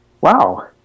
wow